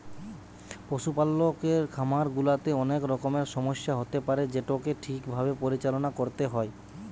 পশুপালকের খামার গুলাতে অনেক রকমের সমস্যা হতে পারে যেটোকে ঠিক ভাবে পরিচালনা করতে হয়